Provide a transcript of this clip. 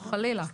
חלילה,